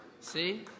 See